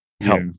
help